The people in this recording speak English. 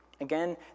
Again